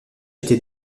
était